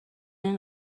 این